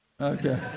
Okay